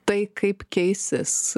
tai kaip keisis